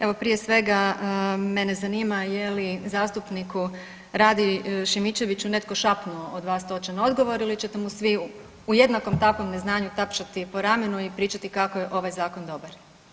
Evo, prije svega mene zanima je li zastupniku Radi Šimičeviću netko šapnuo od vas točan odgovor ili ćete mu svi u jednakom takvom neznanju tapšati po ramenu i pričati kako je ovaj Zakon dobar.